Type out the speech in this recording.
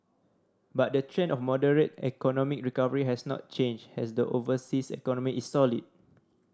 but the trend of moderate economic recovery has not changed as the overseas economy is solid